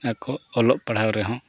ᱟᱠᱚ ᱚᱞᱚᱜ ᱯᱟᱲᱦᱟᱣ ᱨᱮᱦᱚᱸ